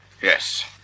Yes